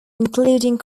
including